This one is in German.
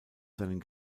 seinen